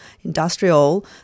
Industrial